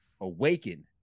awaken